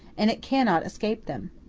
and it cannot escape them.